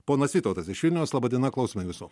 ponas vytautas iš vilniaus laba diena klausome visų